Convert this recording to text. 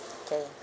okay